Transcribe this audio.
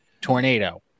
tornado